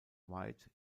white